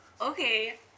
Okay